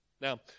Now